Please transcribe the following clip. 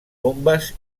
bombes